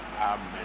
amen